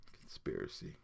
conspiracy